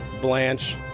Blanche